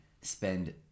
spend